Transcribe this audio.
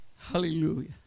Hallelujah